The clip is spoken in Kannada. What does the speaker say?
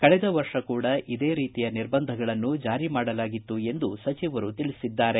ಕಳೆದ ವರ್ಷ ಕೂಡ ಇದೇ ರೀತಿಯ ನಿರ್ಬಂಧಗಳನ್ನು ಜಾರಿ ಮಾಡಲಾಗಿತ್ತು ಎಂದು ಸಚಿವರು ತಿಳಿಸಿದ್ದಾರೆ